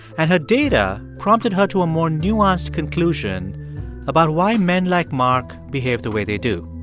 and her data prompted her to a more nuanced conclusion about why men like mark behave the way they do